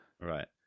Right